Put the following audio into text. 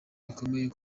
bikomeye